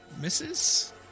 misses